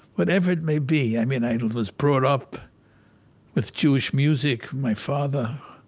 whatever it may be, i mean, i was brought up with jewish music, my father,